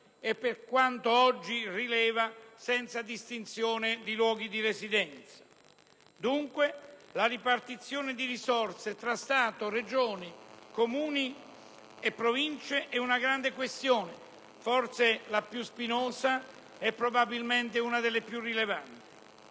e, per quanto oggi rileva, senza distinzione di luoghi di residenza. Dunque, la ripartizione di risorse tra Stato, Regioni, Comuni e Province è una grande questione, forse la più spinosa e probabilmente una delle più rilevanti.